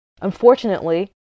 Unfortunately